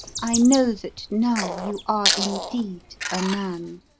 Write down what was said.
i know that now you are indeed a man!